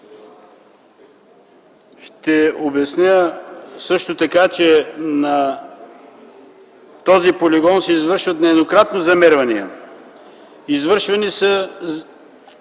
Ще обясня също така, че на този полигон се извършват нееднократно замервания. Извършвани са